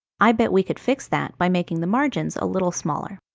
i bet we could fix that by making the margins a little smaller.